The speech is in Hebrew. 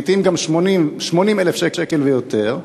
לעתים גם 80,000 שקל ויותר,